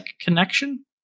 connection